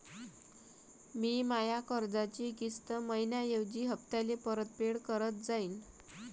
मी माया कर्जाची किस्त मइन्याऐवजी हप्त्याले परतफेड करत आहे